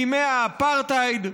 בימי האפרטהייד,